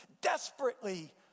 desperately